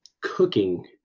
cooking